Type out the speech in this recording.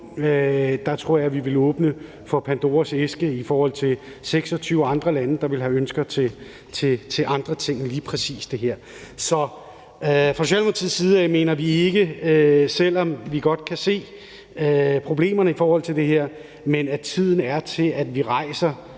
Der tror jeg, at vi ville åbne for Pandoras æske i forhold til 26 andre lande, der ville have ønsker til andre ting end lige præcis det her. Så fra Socialdemokratiets side af mener vi ikke, selv om vi godt kan se problemerne i forhold til det her, at tiden er til, at vi rejser